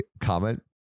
comment